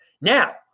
Now